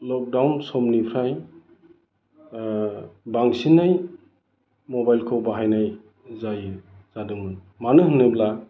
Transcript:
lockdown समनिफ्राय बांसिनै मबाइलखौ बाहायनाय जायो जादोंमोन मानो होनोब्ला